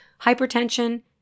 hypertension